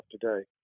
today